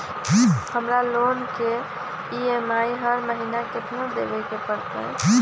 हमरा लोन के ई.एम.आई हर महिना केतना देबे के परतई?